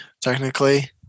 technically